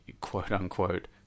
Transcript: quote-unquote